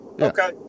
okay